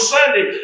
Sunday